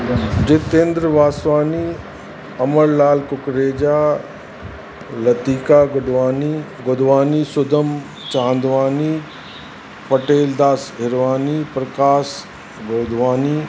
Jitendra Vaswani Amar Lal Kukreja Latika Gudwani Godwani Sudam Chandwani Patel Das Irwani Prakas Bodhwani